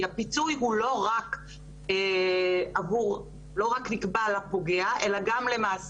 כי הפיצוי הוא לא רק נפסק על הפוגע, אלא גם למעסיק